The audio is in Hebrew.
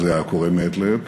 וזה היה קורה מעת לעת,